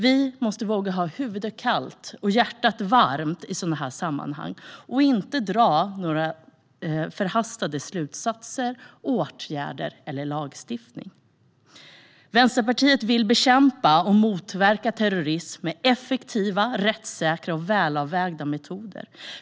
Vi måste våga hålla huvudet kallt och hjärtat varmt i sådana här sammanhang, inte dra några förhastade slutsatser eller föreslå sådana åtgärder eller lagstiftning. Vänsterpartiet vill bekämpa och motverka terrorism med effektiva, rättssäkra och välavvägda metoder.